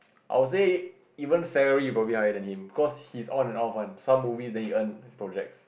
I will say even salary you probably higher than him because he's on and off one some movies then he earn projects